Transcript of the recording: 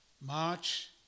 March